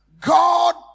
God